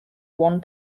one